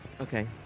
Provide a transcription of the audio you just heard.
Okay